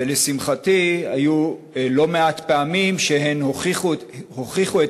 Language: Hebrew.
ולשמחתי היו לא מעט פעמים שהן הוכיחו את